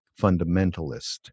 fundamentalist